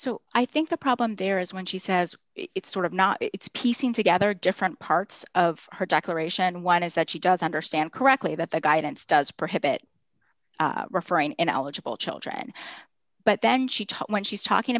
so i think the problem there is when she says it's sort of not it's piecing together different parts of her declaration one is that she does understand correctly that the guidance does prohibit referring ineligible children but then she when she's talking